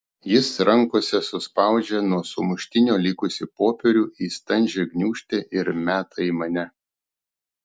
jis rankose suspaudžia nuo sumuštinio likusį popierių į standžią gniūžtę ir meta į mane